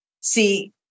See